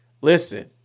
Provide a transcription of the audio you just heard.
Listen